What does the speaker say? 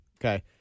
okay